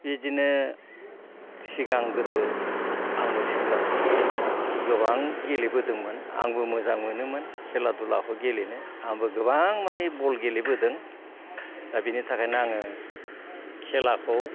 बिदिनो सिगां गोदो आंबो सेंग्रा समाव गोबां गेलेबोदोंमोन आंबो मोजां मोनोमोन खेला दुलाखौ गेलेनो आंबो गोबां मानि बल गेलेबोदों दा बिनि थाखायनो आङो खेलाखौ